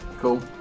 Cool